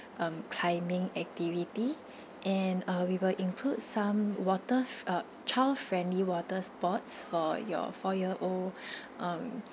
um climbing activity and uh we will include some water f~ uh child friendly water sports for your four year old um